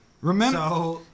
Remember